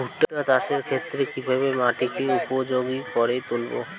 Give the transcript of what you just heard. ভুট্টা চাষের ক্ষেত্রে কিভাবে মাটিকে উপযোগী করে তুলবো?